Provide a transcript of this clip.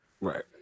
Right